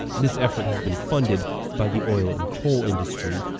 this effort has been funded by the oil and coal industry,